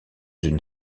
une